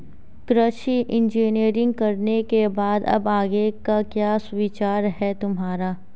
कृषि इंजीनियरिंग करने के बाद अब आगे का क्या विचार है तुम्हारा?